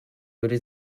würde